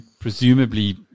presumably